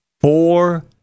four